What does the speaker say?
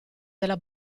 della